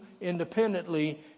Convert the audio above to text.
independently